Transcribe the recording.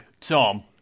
Tom